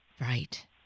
Right